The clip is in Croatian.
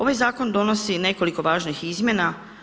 Ovaj zakon donosi nekoliko važnih izmjena.